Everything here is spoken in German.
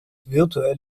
virtuell